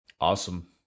awesome